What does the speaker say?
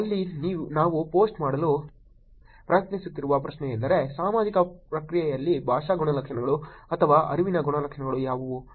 ಇಲ್ಲಿ ನಾವು ಪೋಸ್ಟ್ ಮಾಡಲು ಪ್ರಯತ್ನಿಸುತ್ತಿರುವ ಪ್ರಶ್ನೆಯೆಂದರೆ ಸಾಮಾಜಿಕ ಪ್ರಕ್ರಿಯೆಯಲ್ಲಿ ಭಾಷಾ ಗುಣಲಕ್ಷಣಗಳು ಅಥವಾ ಅರಿವಿನ ಗುಣಲಕ್ಷಣಗಳು ಯಾವುವು